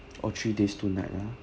oh three days two night ah